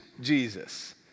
Jesus